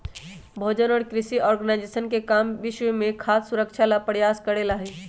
भोजन और कृषि ऑर्गेनाइजेशन के काम विश्व में खाद्य सुरक्षा ला प्रयास करे ला हई